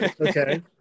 Okay